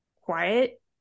quiet